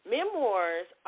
Memoirs